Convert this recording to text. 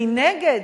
מנגד,